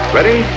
Ready